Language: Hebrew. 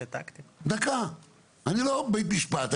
אני לא בית משפט.